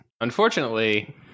unfortunately